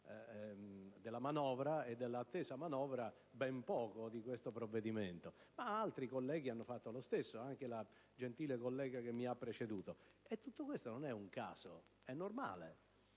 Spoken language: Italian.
sostanzialmente dell'attesa manovra, e ben poco di questo provvedimento. Altri senatori hanno fatto lo stesso, anche la gentile collega che mi ha preceduto. Tutto questo non è un caso, è normale.